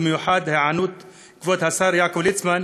ובמיוחד היענות כבוד השר יעקב ליצמן,